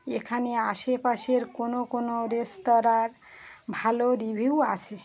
এখানে আশেপাশের কোন কোন রেস্তোরাঁঁর ভালো রিভিউ আছে